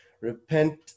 repent